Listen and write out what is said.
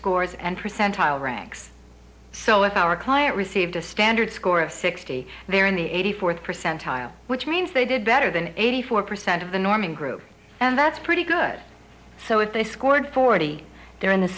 scores and percentile ranks so if our client received a standard score of sixty they're in the eighty fourth percentile which means they did better than eighty four percent of the norman group and that's pretty good so if they scored